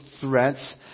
threats